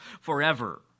forever